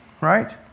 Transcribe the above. right